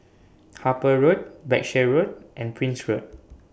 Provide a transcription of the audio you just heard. Harper Road Berkshire Road and Prince Road